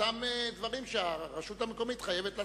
אותם דברים שהרשות המקומית חייבת לעשות.